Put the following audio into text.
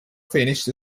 finished